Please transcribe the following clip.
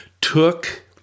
took